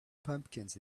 pumpkins